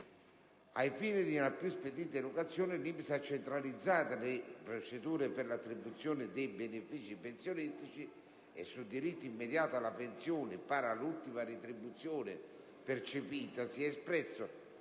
Ai fini di una più spedita erogazione, l'INPS ha centralizzato le procedure per l'attribuzione dei benefici pensionistici. Inoltre, sul diritto immediato alla pensione pari all'ultima retribuzione percepita si è espresso,